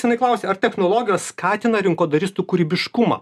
jinai klausia ar technologijos skatina rinkodaristų kūrybiškumą